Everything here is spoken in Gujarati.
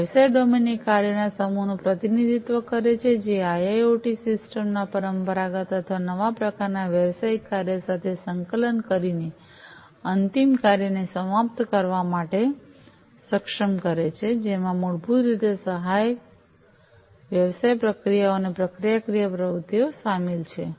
વ્યવસાય ડોમેન એ કાર્યોના સમૂહનું પ્રતિનિધિત્વ કરે છે જે આઈઆઈઑટી સિસ્ટમ ના પરંપરાગત અથવા નવા પ્રકારનાં વ્યવસાયિક કાર્ય સાથે સંકલન કરીને અંતિમ કાર્યને સમાપ્ત કરવા માટે સક્ષમ કરે છે જેમાં મૂળભૂત રીતે સહાયક વ્યવસાય પ્રક્રિયાઓ અને પ્રક્રિયાકીય પ્રવૃત્તિઓ શામેલ છે